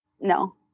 No